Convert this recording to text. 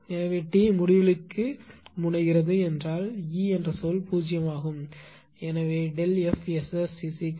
எனவே t முடிவிலிக்கு முனைகிறது என்றால் e சொல் 0 ஆகும் FSSΔF 1